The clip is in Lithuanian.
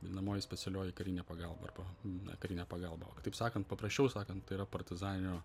vadinamoji specialioji karinė pagalba arba na karinė pagalba taip sakant paprasčiau sakant tai yra partizaninio